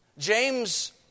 James